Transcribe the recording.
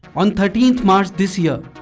on thirteenth march this year,